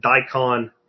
daikon